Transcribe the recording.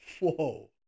whoa